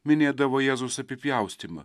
minėdavo jėzaus apipjaustymą